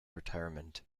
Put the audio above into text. retirement